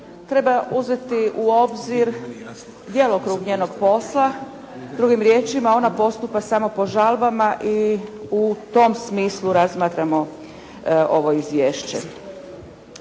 treba uzeti u obzir djelokrug njenog posla, drugim riječima ona postupa samo po žalbama i u tom smislu razmatramo ovo izvješće.